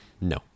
no